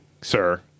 sir